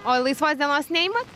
o laisvos dienos neimat